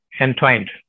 entwined